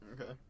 Okay